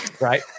right